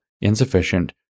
insufficient